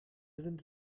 sind